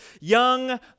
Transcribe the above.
young